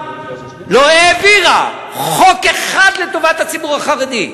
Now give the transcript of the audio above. לא העבירה חוק אחד לטובת הציבור החרדי,